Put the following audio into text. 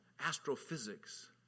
astrophysics